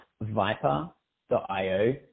viper.io